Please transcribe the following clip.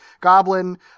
Goblin